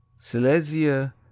Silesia